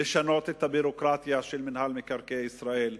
לשנות את הביורוקרטיה של מינהל מקרקעי ישראל,